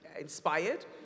inspired